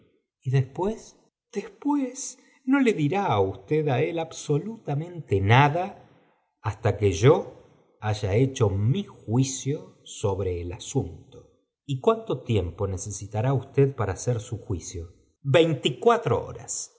y después después no le dirá usted á él absolutamente nada hasta que yo haya hecho mi juicio sobre el asunto y cuánto tiempo necesitará usted para hacer su juicio veinticuatro horas